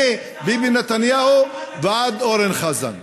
מביבי נתניהו ועד אורן חזן.